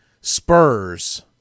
Spurs